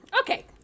Okay